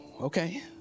Okay